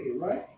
right